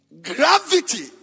gravity